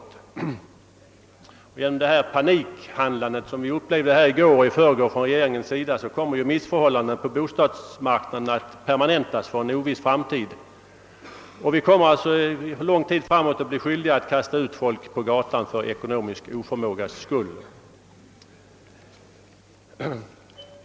Till följd av det panikhandlande som vi i går och i förrgår upplevde från regeringens sida kommer ju missförhållandena på bostadsmarknaden att permanentas för obestämd tid, och vi blir alltså tvungna att under lång tid framöver kasta ut folk på gatan på grund av vederbörandes ekonomiska trångmål.